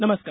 नमस्कार